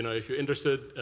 and if you're interested,